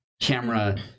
Camera